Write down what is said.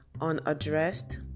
unaddressed